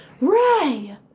Ray